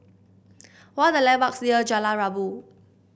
what are the landmarks near Jalan Rabu